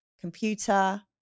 computer